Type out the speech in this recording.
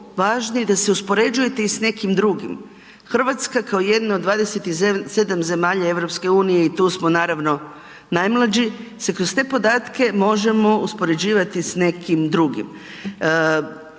da se uspoređujete i s nekim drugom. Hrvatska kao jedna od 27 zemalja EU-a i tu smo naravno najmlađi se kroz te podatke možemo uspoređivati s nekim drugim.